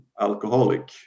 alcoholic